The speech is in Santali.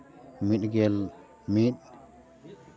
ᱢᱤᱫ ᱜᱮᱞ ᱢᱤᱫ